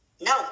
no